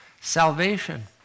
salvation